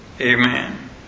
Amen